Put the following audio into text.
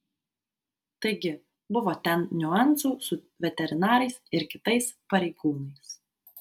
taigi buvo ten niuansų su veterinarais ir kitais pareigūnais